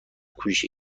کوشی